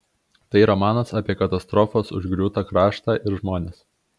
tai romanas apie katastrofos užgriūtą kraštą ir žmones